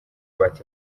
bati